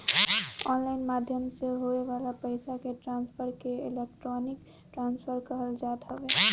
online माध्यम से होए वाला पईसा के ट्रांसफर के इलेक्ट्रोनिक ट्रांसफ़र कहल जात हवे